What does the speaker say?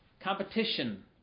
competition